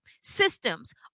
Systems